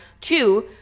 Two